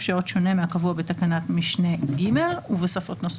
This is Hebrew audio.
שעות שונה מהקבוע בתקנת משנה (ג) או בשפות נוספות.